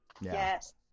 Yes